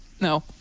No